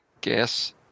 guess